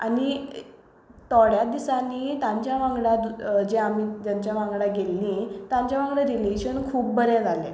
आनी थोड्या दिसांनी तांच्या वांगडा जे आमी जेच्या वांगडा गेल्ली तांच्या वागंडा रिलेशन खूब बरें जालें